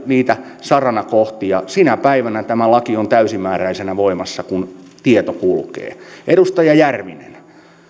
niitä saranakohtia sinä päivänä tämä laki on täysimääräisenä voimassa kun tieto kulkee edustaja järvinen